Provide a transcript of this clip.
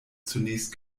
zunächst